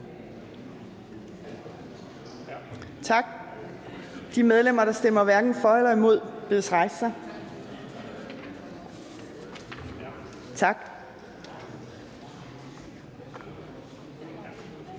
Tak. De medlemmer, der stemmer hverken for eller imod, bedes rejse sig. Tak.